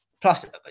Plus